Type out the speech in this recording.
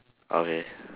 okay